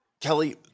Kelly